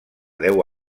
deu